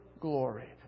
glory